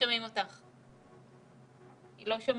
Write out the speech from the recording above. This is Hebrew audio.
שומעים אותך מאוד מאוד חלש,